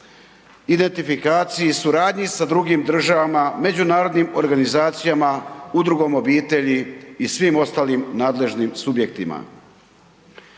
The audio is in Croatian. identifikacije i suradnje sa drugim državama, međunarodnim organizacijama, Udrugom obitelji i svim ostalim nadležnim subjektima.